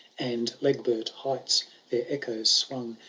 and legbert heights their echoes swung.